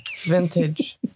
Vintage